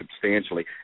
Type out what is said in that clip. substantially